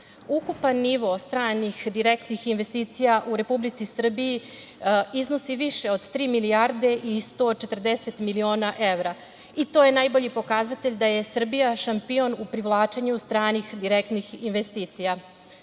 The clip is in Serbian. zemlje. Ukupan nivo stranih direktnih investicija u Republici Srbiji iznosi više od tri milijarde i 140 miliona evra. To je najbolji pokazatelj da je Srbija šampion u privlačenju stranih direktnih investicija. Predsednik